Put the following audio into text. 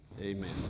Amen